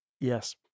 Yes